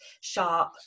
sharp